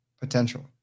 potential